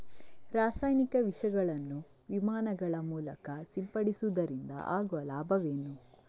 ರಾಸಾಯನಿಕ ವಿಷಗಳನ್ನು ವಿಮಾನಗಳ ಮೂಲಕ ಸಿಂಪಡಿಸುವುದರಿಂದ ಆಗುವ ಲಾಭವೇನು?